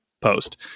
post